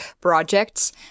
projects